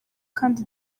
kandi